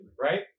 Right